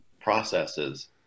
processes